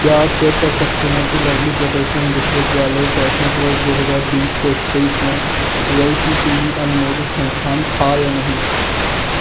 क्या आप चेक कर सकते हैं कि लवली प्रोफ़ेशनल विश्वविद्यालय शैक्षणिक वर्ष दो हज़ार बीस से दो हज़ार इक्कीस में A I C T E अनुमोदित संस्थान था या नहीं